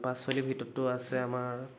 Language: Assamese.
পাচলিৰ ভিতৰতটো আছে আমাৰ